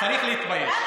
צריך להתבייש.